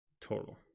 total